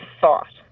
thought